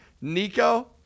Nico